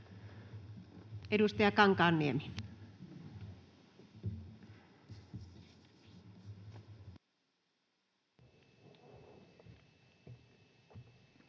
edustaja Kankaanniemi.